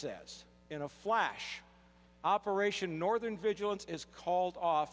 says in a flash operation northern vigilance is called off